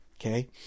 Okay